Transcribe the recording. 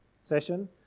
session